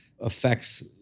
affects